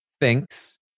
thinks